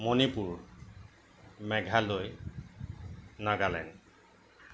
Manipur Meghalaya Nagaland